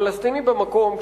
הפלסטינים במקום,